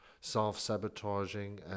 self-sabotaging